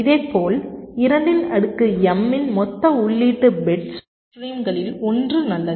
இதேபோல் 2 இன் அடுக்கு m இன் மொத்த உள்ளீட்டு பிட் ஸ்ட்ரீம்களில் ஒன்று நல்லது